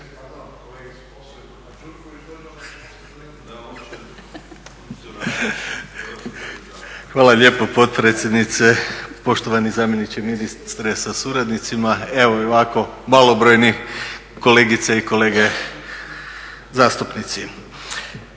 Hvala lijepo potpredsjednice. Poštovani zamjeniče ministra sa suradnicima. Evo i ovako malobrojni kolegice i kolege zastupnici.